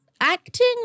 acting